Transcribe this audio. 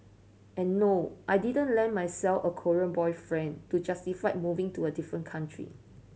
and no I didn't land myself a Korean boyfriend to justify moving to a different country